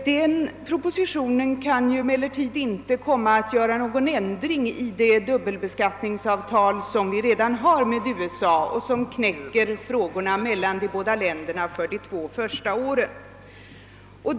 Den kan emellertid inte åstadkomma någon ändring i det dubbelbeskattningsavtal som vi redan har med USA och den löser inte skattefrågan mellan de båda länderna för de två första åren.